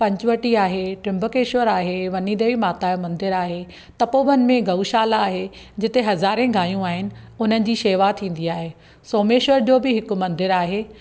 पंचवटी आहे त्र्यंबकेश्वर आहे वनी देवी माता यो मंदरु आहे तपोवन में गऊशाला आहे जिते हज़ारे गांहियूं आहिनि उन्हनि जी शेवा थींदी आहे सोमेश्वर जो बि हिकु मंदरु आहे